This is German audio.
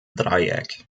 dreieck